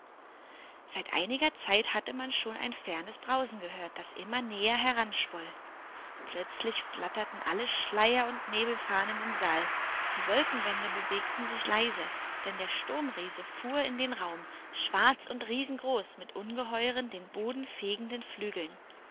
seit einiger zeit hatte man schon ein fernes brausen gehört das immer näher heranschwoll plötzlich flatterten alle schleier und nebelfahnen im saal die wolkenwände bewegten sich leise denn der sturmriese fuhr in den raum schwarz und riesengroß mit ungeheuren den boden fegenden flügeln